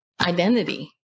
identity